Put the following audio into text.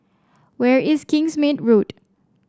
where is Kingsmead Road